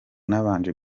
nabanje